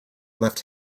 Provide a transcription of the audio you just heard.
left